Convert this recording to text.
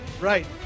Right